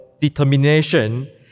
determination